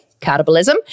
catabolism